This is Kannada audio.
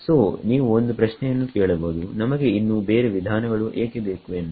ಸೋನೀವು ಒಂದು ಪ್ರಶ್ನೆಯನ್ನು ಕೇಳಬಹುದು ನಮಗೆ ಇನ್ನೂ ಬೇರೆ ವಿಧಾನಗಳು ಏಕೆ ಬೇಕು ಎಂದು